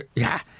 yeah.